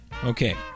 Okay